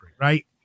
Right